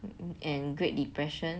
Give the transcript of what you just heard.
and great depression